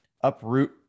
uproot